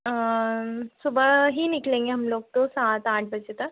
सुबह ही निकलेंगे हम लोग तो सात आठ बजे तक